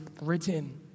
written